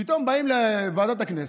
פתאום באים לוועדת הכנסת,